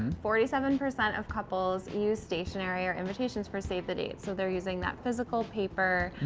forty seven percent of couples use stationary or invitations for save the dates. so, they're using that physical paper.